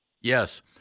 Yes